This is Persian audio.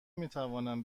میتوانم